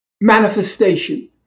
manifestation